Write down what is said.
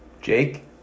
Jake